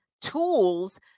tools